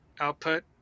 output